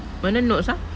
mana notes ah